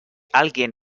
alguien